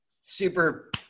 Super